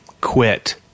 quit